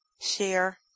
share